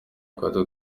gato